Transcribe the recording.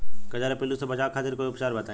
कजरा पिल्लू से बचाव खातिर कोई उपचार बताई?